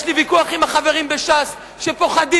יש לי ויכוח עם החברים מש"ס שפוחדים